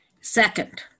Second